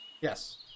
yes